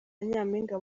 nyampinga